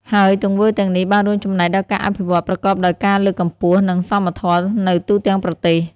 ហើយទង្វើទាំងនេះ បានរួមចំណែកដល់ការអភិវឌ្ឍប្រកបដោយការលើកកម្ពស់ និងសមធម៌នៅទូទាំងប្រទេស។